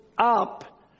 up